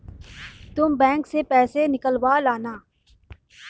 तुम बैंक से पैसे निकलवा लाना